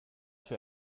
für